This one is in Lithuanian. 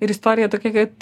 ir istorija tokia kad